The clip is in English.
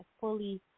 fully